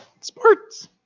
Sports